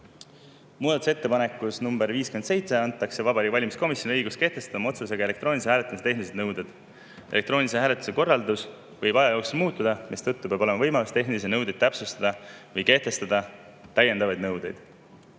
Muudatusettepanekuga nr 57 antakse Vabariigi Valimiskomisjonile õigus kehtestada oma otsusega elektroonilise hääletamise tehnilised nõuded. Elektroonilise hääletamise korraldus võib aja jooksul muutuda, mistõttu peab olema võimalus tehnilisi nõudeid täpsustada või kehtestada täiendavaid nõudeid.